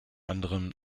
anderem